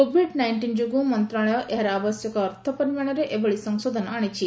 Covid nineteen ଯୋଗ୍ରୁ ମନ୍ତ୍ରଣାଳୟ ଏହାର ଆବଶ୍ୟକ ଅର୍ଥ ପରିମାଣରେ ଏଭଳି ସଂଶୋଧନ ଆଶିଛି